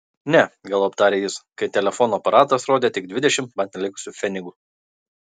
ne galop tarė jis kai telefono aparatas rodė tik dvidešimt man likusių pfenigų